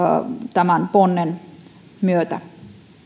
tämän ponnen myötä